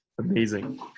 Amazing